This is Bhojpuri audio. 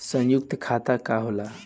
सयुक्त खाता का होला?